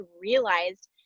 realized